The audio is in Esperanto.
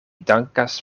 dankas